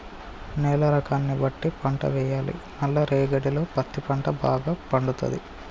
నేల రకాన్ని బట్టి పంట వేయాలి నల్ల రేగడిలో పత్తి పంట భాగ పండుతది